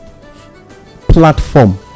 platform